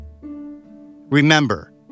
Remember